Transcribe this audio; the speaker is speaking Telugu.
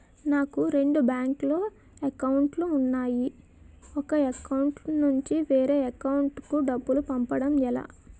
నాకు రెండు బ్యాంక్ లో లో అకౌంట్ లు ఉన్నాయి ఒక అకౌంట్ నుంచి వేరే అకౌంట్ కు డబ్బు పంపడం ఎలా?